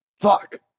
Fuck